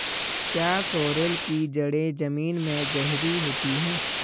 क्या सोरेल की जड़ें जमीन में गहरी होती हैं?